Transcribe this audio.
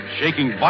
shaking